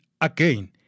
again